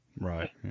Right